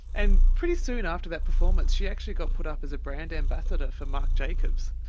and pretty soon after that performance she actually got put up as a brand ambassador for marc jacobs,